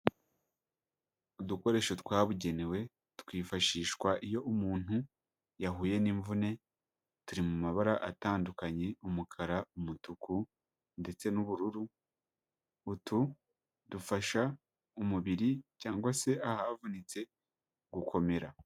Udukoresho twabugenewe twifashishwa iyo umuntu yahuye n'imvune turi mu mabara atandukanye umukara, umutuku ndetse n'ubururu utu dufasha umubiri cyangwa se ahavunitse gukomera.